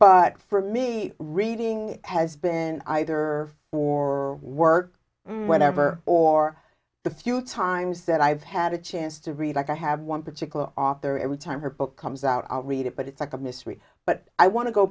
but for me reading has been either or work whatever or the few times that i've had a chance to read like i have one particular author every time her book comes out i'll read it but it's like a mystery but i want to go